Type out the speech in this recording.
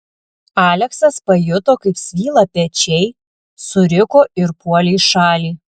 aleksas pajuto kaip svyla pečiai suriko ir puolė į šalį